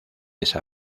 esa